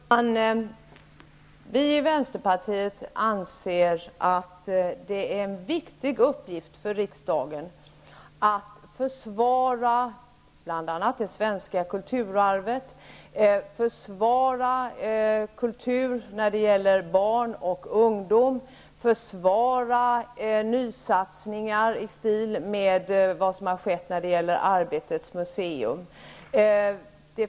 Herr talman! Vi i vänsterpartiet anser att det är en viktig uppgift för riksdagen att försvara bl.a. det svenska kulturarvet, kultur för barn och ungdom och nysatsningar som t.ex. Arbetets museum.